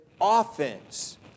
offense